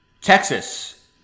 Texas